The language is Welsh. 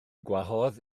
gwahodd